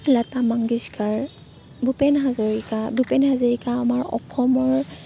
লতা মংগেশকাৰ ভূপেন হাজৰিকা ভূপেন হাজৰিকা আমাৰ অসমৰ